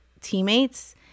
teammates